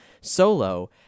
Solo